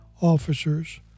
officers